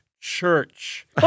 Church